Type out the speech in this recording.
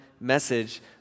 message